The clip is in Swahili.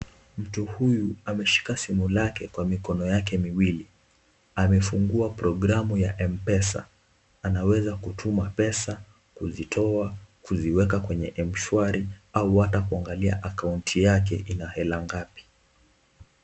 Mtu huyu ameshika simu lake kwa mikono yake miwili. Amefungua programu ya mpesa. Anaweza kutuma pesa, kuzitoa, kuziweka kwenye mshwari au hata kuangalia account yake ina hela ngapi.